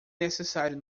necessário